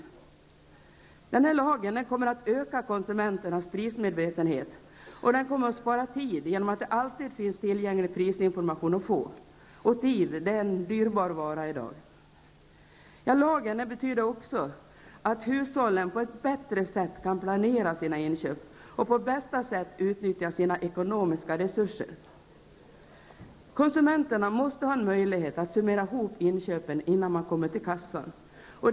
Prisinformationslagen kommer att öka konsumenternas prismedvetenhet. Vidare bidrar den till att spara tid genom att det alltid finns tillgänglig prisinformation, och tid är i dagens läge en dyrbar vara. Prisinformationslagen innebär också att hushållen på ett bättre sätt kan planera sina inköp och på bästa sätt utnyttja sina ekonomiska resurser. Konsumenterna måste ha en möjlighet att summera inköpen innan de kommer till kassan.